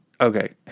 Okay